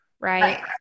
right